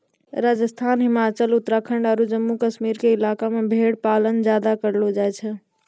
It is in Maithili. राजस्थान, हिमाचल, उत्तराखंड आरो जम्मू कश्मीर के इलाका मॅ भेड़ पालन ज्यादा करलो जाय छै